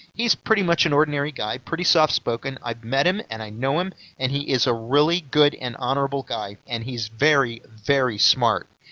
he's pretty much an ordinary guy, pretty soft spoken, i've met him and i know him, and he is a really good and honorable guy, and he's very, very smart!